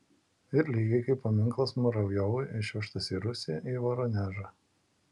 ir lygiai kaip paminklas muravjovui išvežtas į rusiją į voronežą